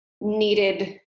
needed